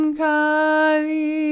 kali